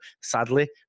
Sadly